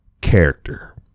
character